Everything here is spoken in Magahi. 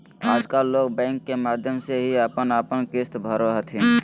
आजकल लोग बैंक के माध्यम से ही अपन अपन किश्त भरो हथिन